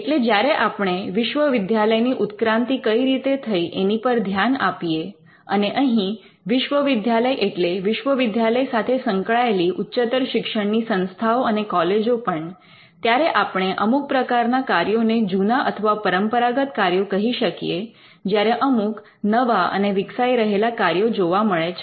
એટલે જ્યારે આપણે વિશ્વવિદ્યાલયની ઉત્ક્રાંતિ કઈ રીતે થઈ એની પર ધ્યાન આપીએ અને અહીં વિશ્વવિદ્યાલય એટલે વિશ્વવિદ્યાલય સાથે સંકળાયેલી ઉચ્ચતર શિક્ષણ ની સંસ્થાઓ અને કોલેજો પણ ત્યારે આપણે અમુક પ્રકારના કાર્યોને જુના અથવા પરંપરાગત કાર્યો કહી શકીએ જ્યારે અમુક નવા અને વિકસાઈ રહેલા કાર્યો જોવા મળે છે